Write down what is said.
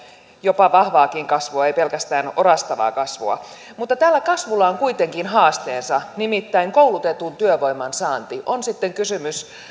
jopa vahvaakin kasvua ei pelkästään orastavaa kasvua mutta tällä kasvulla on kuitenkin haasteensa nimittäin koulutetun työvoiman saanti on sitten kysymys